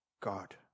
God